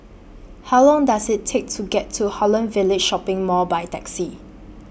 How Long Does IT Take to get to Holland Village Shopping Mall By Taxi